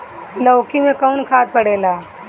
लौकी में कौन खाद पड़ेला?